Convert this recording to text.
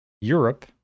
Europe